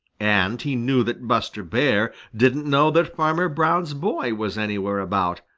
and he knew that buster bear didn't know that farmer brown's boy was anywhere about,